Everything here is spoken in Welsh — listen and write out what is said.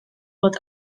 bod